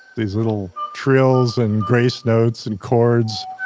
these little trills, and grace notes, and chords.